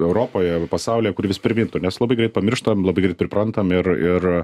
europoje pasaulyje kuris vis primintų nes labai greit pamirštam labai greit priprantam ir ir